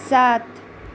सात